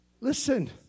Listen